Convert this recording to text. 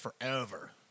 forever